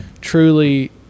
Truly